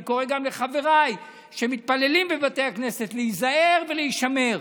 אני קורא גם לחבריי שמתפללים בבתי הכנסת להיזהר ולהישמר.